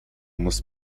musst